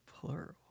Plural